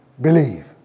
believe